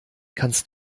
kannst